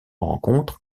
rencontres